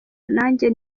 najye